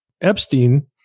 Epstein